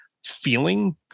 feeling